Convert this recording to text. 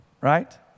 right